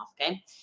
Okay